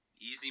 easy